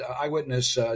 eyewitness